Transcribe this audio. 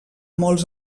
molts